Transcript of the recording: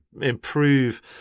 improve